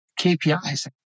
KPIs